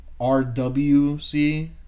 RWC